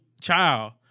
child